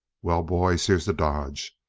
well, boys, here's the dodge.